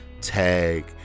tag